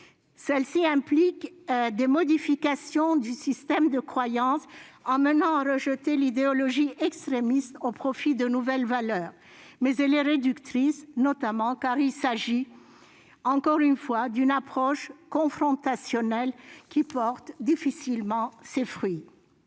Celle-ci implique des modifications du système de croyances conduisant à rejeter l'idéologie extrémiste au profit de nouvelles valeurs. Toutefois, elle est réductrice, car il s'agit encore une fois d'une approche confrontationnelle, qui porte difficilement ses fruits.